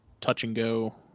touch-and-go